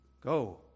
Go